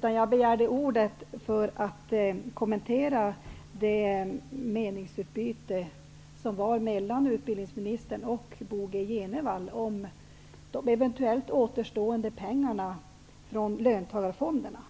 Jag begärde ordet för att kommentera det meningsutbyte som var mellan utbildningsministern och Bo G Jenevall, om de eventuellt återstående pengarna från löntagarfonderna.